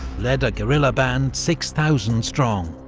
led a guerrilla band six thousand strong.